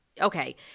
okay